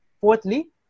fourthly